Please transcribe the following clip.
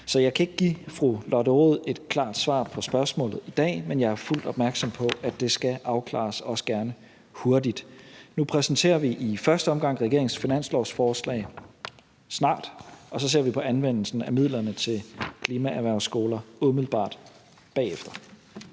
Så jeg kan ikke give fru Lotte Rod et klart svar på spørgsmålet i dag, men jeg er fuldt opmærksom på, at det skal afklares – også gerne hurtigt. Nu præsenterer vi i første omgang regeringens finanslovsforslag snart, og så ser vi på anvendelsen af midlerne til klimaerhvervsskoler umiddelbart bagefter.